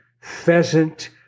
pheasant